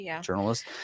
journalist